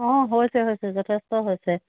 অ হৈছে হৈছে যথেষ্ট হৈছে